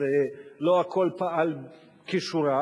אז לא הכול פעל כשורה,